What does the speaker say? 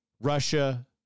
Russia